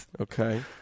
Okay